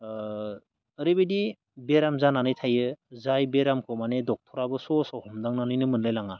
ओरैबायदि बेराम जानानै थायो जाय बेरामखौ माने ड'क्टराबो सहसआव हमदांनानैनो मोनलायलाङा